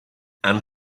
and